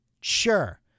Sure